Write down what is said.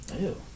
Ew